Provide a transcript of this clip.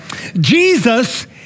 Jesus